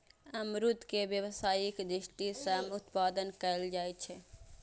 अमरूद के व्यावसायिक दृषि सं उत्पादन कैल जाइ छै